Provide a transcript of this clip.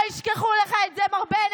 תודה רבה תודה רבה.